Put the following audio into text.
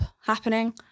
happening